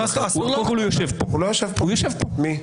הוא יושב פה אתה.